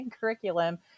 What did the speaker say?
curriculum